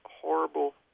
horrible